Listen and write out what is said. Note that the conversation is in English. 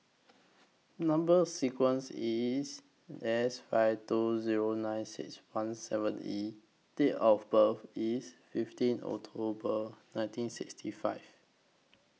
Number sequence IS S five two Zero nine six one seven E Date of birth IS fifteen October nineteen sixty five